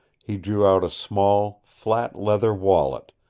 he drew out a small, flat leather wallet,